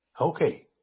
Okay